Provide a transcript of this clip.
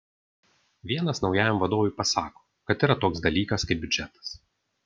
vienas naujajam vadovui pasako kad yra toks dalykas kaip biudžetas